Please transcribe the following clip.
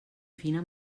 fina